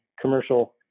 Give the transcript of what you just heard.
commercial